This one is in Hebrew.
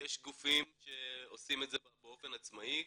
יש גופים שעושים את זה באופן עצמאי,